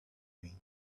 going